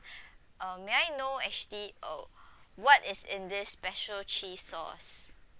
uh may I know actually uh what is in this special cheese sauce